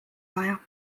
vaja